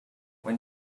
when